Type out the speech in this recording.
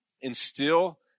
instill